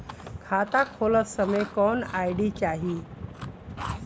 खाता खोलत समय कौन आई.डी चाही?